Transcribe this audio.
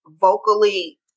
vocally